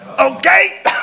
okay